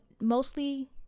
mostly